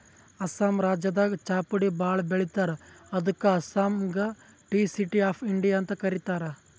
ಅಸ್ಸಾಂ ರಾಜ್ಯದಾಗ್ ಚಾಪುಡಿ ಭಾಳ್ ಬೆಳಿತಾರ್ ಅದಕ್ಕ್ ಅಸ್ಸಾಂಗ್ ಟೀ ಸಿಟಿ ಆಫ್ ಇಂಡಿಯಾ ಅಂತ್ ಕರಿತಾರ್